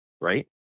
Right